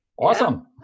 Awesome